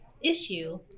issue